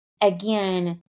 again